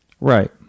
Right